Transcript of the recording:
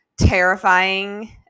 terrifying